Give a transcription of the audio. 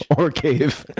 or cave.